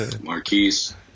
Marquise